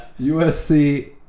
USC